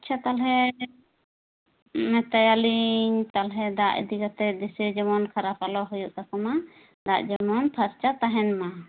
ᱟᱪᱪᱷᱟ ᱛᱟᱦᱚᱞᱮ ᱢᱮᱛᱟᱭᱟᱞᱤᱧ ᱛᱟᱦᱚᱞᱮ ᱫᱟᱜᱽ ᱤᱫᱤ ᱠᱟᱛᱮ ᱵᱤᱥᱤ ᱡᱮᱢᱚᱱ ᱠᱷᱟᱨᱟᱯ ᱟᱞᱚ ᱦᱩᱭᱩᱜ ᱛᱟᱠᱚ ᱢᱟ ᱫᱟᱜᱽ ᱡᱮᱢᱚᱱ ᱯᱷᱟᱨᱪᱟ ᱛᱟᱸᱦᱮᱱ ᱢᱟ